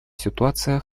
ситуация